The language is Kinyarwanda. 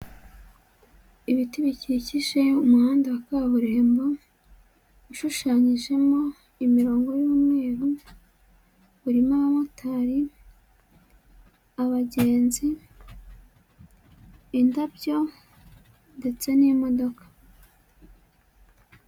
Ibiti bikikije umuhanda wa kaburimbo ushushanyijemo imirongo y'umweru, urimo abamotari, abagenzi, indabyo ndetse n'imodoka.